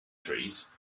trees